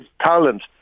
talent